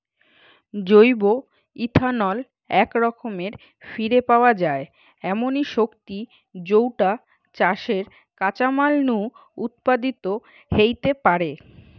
জৈব ইথানল একরকম ফিরে পাওয়া যায় এমনি শক্তি যৌটা চাষের কাঁচামাল নু উৎপাদিত হেইতে পারে